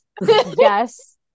Yes